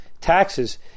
taxes –